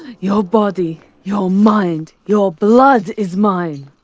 your body, your mind, your blood is mine!